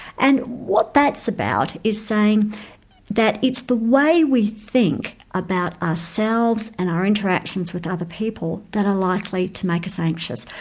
and what that's about is saying that it's the way we think about ourselves and our interactions with other people that are likely to make us anxious.